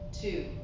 two